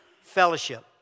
fellowship